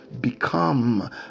become